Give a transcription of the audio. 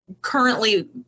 currently